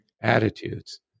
attitudes